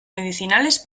medicinales